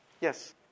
Yes